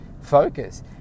focus